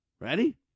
ready